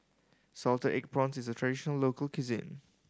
salted egg prawns is a traditional local cuisine